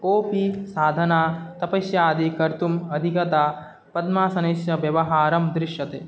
कोपि साधना तपस्यादि कर्तुम् अधिकतया पद्मासनस्य व्यवहारं दृश्यते